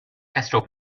castro